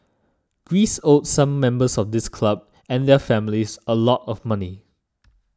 Greece owed some members of this club and their families a lot of money